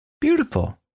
Beautiful